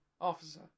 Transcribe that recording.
officer